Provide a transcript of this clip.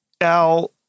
Al